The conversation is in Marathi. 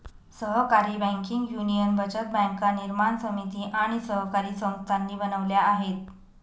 सहकारी बँकिंग युनियन बचत बँका निर्माण समिती आणि सहकारी संस्थांनी बनवल्या आहेत